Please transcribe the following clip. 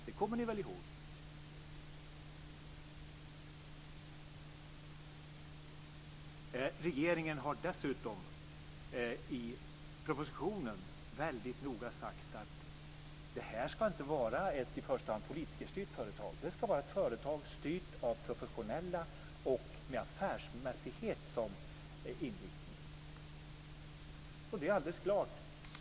Det kommer ni väl ihåg? Regeringen har dessutom i propositionen väldigt noga sagt att det inte i första hand ska vara ett politikerstyrt företag. Det ska vara ett företag styrt av professionella och med affärsmässighet som inriktning. Det är alldeles klart.